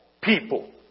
people